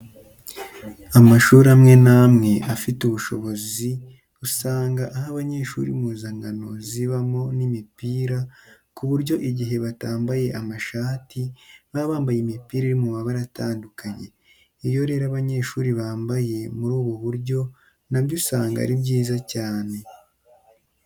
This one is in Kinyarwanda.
Amashuri amwe n'amwe afite ubushobozi usanga aha abanyeshuri impuzankano zibamo n'imipira ku buryo igihe batambaye amashati baba bambaye imipira iri mu mbarara atandukanye. Iyo rero abanyeshuri bambaye muri ubu buryo na byo usanga ari byiza cyane.